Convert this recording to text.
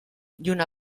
lluna